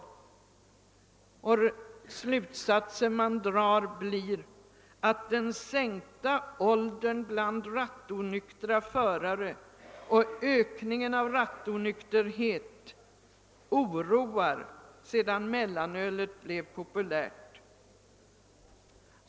Tidningens slutsats var att den sänkta åldern bland rattonyktra förare och ökningen av rattonykterheten sedan mellanölet blev populärt oroar.